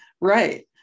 Right